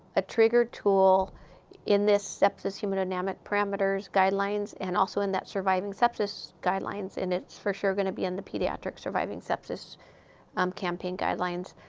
a trigger tool in this sepsis hemodynamic parameters guidelines, and also in that surviving sepsis guidelines. and it's for sure going to be in the pediatric surviving sepsis um campaign guidelines.